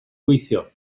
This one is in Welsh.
gweithio